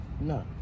No